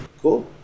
cool